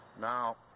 Now